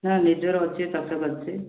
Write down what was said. ନା ନିଜର ଅଛି ଚାଷ କରିଛି